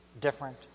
different